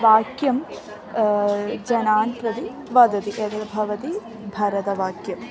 वाक्यं जनान् प्रति वदति एतद् भवति भरतवाक्यम्